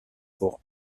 pour